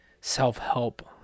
self-help